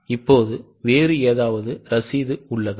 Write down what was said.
இப்போது வேறு ஏதாவது ரசீது உள்ளதா